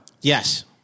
Yes